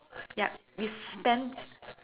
yup we spent